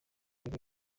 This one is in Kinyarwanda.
rero